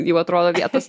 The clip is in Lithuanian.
jau atrodo vietos